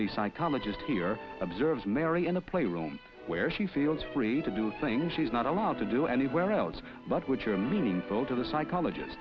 the psychologist here observes mary in a play room where she feels free to do things she's not allowed to do anywhere else but which are meaningful to the psychologist